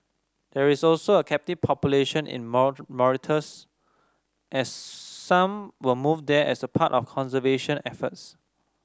there is also a captive population in Mauritius as some were moved there as part of conservation efforts